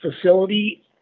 facility